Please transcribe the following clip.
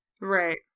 Right